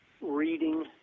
reading